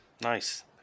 Nice